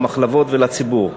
למחלבות ולציבור.